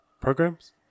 programs